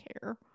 care